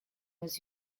was